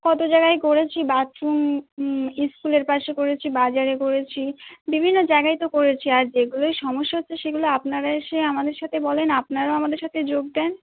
কত জায়গায় করেছি বাথরুম স্কুলের পাশে করেছি বাজারে করেছি বিভিন্ন জায়গায় তো করেছি আর যেগুলোয় সমস্যা হচ্ছে সেগুলো আপনারা এসে আমাদের সাথে বলুন আপনারাও আমাদের সাথে যোগ দিন